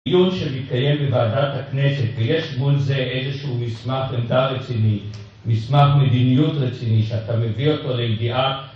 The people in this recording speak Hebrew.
...שמתקיים בוועדת הכנסת, ויש מול זה איזשהו מסמך עמדה רציני, מסמך מדיניות רציני, שאתה מביא אותו לידיעה